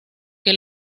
que